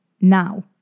Now